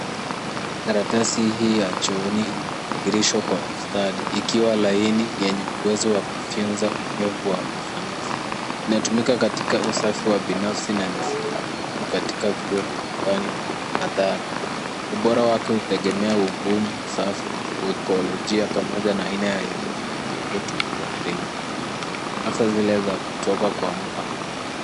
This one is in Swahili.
Karatasi hii ya chooni imevingirishwa kwa ustadi ikiwa laini yenye uwezo wa kufyonza unyevu wa ufanisi. Inatumika katika usafi wa binafsi na ni sehemu muhimu katika vyoo vya nyumbani na vya hadhara. Ubora wake hutegemea ugumu, safu, uekolojia pamoja na aina ya nyuzi zinazotumika kutengeneza hasa zile za kutoka kwa kumpa.